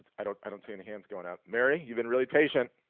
i don't i don't see any hands going up. mary, you've been really patient.